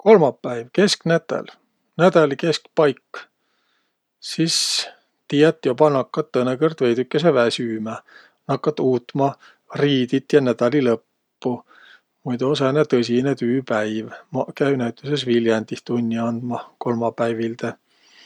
Kolmapäiv, kesknätäl, nädäli keskpaik. Sis, tiiät, joba nakkat tõõnõkõrd veidükese väsümä, nakkat uutma riidit ja nädälilõppu. Muido sääne tõsinõ tüüpäiv. Maq käü näütüses Viljandih tunni andmah kolmapäivilde.